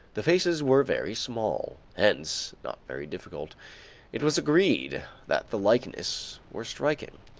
the faces were very small, hence not very difficult it was agreed that the likenesses were striking.